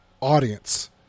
audience